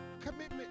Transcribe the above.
commitment